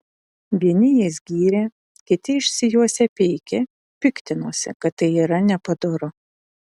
vieni jas gyrė kiti išsijuosę peikė piktinosi kad tai yra nepadoru